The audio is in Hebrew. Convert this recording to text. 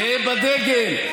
גאה בדגל,